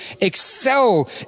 excel